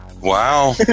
Wow